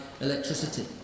electricity